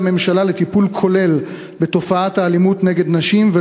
הממשלה לטיפול כולל בתופעת האלימות נגד נשים,